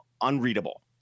unreadable